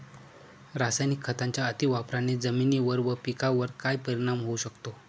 रासायनिक खतांच्या अतिवापराने जमिनीवर व पिकावर काय परिणाम होऊ शकतो?